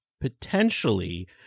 potentially